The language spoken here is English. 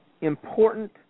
important